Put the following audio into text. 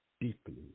deeply